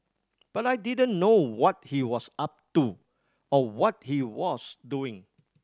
but I didn't know what he was up to or what he was doing